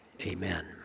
Amen